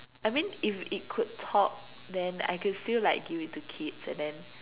I mean if it could talk then I could feel like give it to kids and then